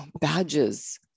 badges